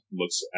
looks